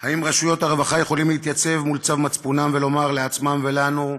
האם רשויות הרווחה יכולות להתייצב מול צו מצפונן ולומר לעצמן ולנו,